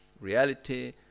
reality